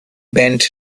bent